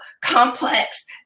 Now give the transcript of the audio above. complex